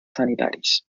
sanitaris